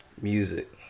music